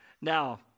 Now